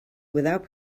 without